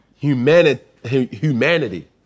humanity